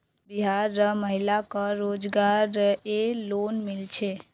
बिहार र महिला क रोजगार रऐ लोन मिल छे